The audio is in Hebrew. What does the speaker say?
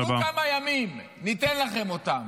-- קחו כמה ימים, ניתן לכם אותם.